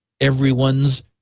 everyone's